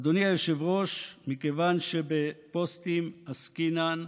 אדוני היושב-ראש, מכיוון שבפוסטים עסקינן,